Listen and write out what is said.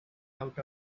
out